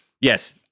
yes